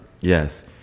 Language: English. Yes